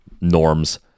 norms